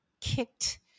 kicked